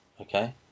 okay